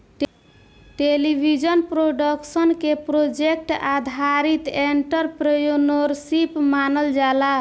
television production के project आधारित entrepreneurship मानल जाला